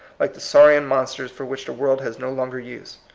like the saurian mon sters for which the world has no longer use.